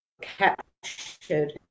captured